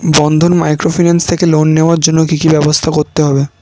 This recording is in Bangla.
বন্ধন মাইক্রোফিন্যান্স থেকে লোন নেওয়ার জন্য কি কি ব্যবস্থা করতে হবে?